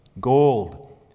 gold